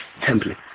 template